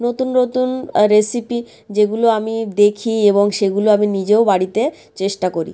নতুন নতুন রেসিপি যেগুলো আমি দেখি এবং সেগুলো আমি নিজেও বাড়িতে চেষ্টা করি